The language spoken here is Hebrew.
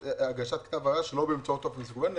הגשת כתב ערר שלא באמצעות טופס מקוון,